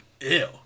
ew